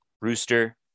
Rooster